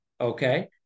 Okay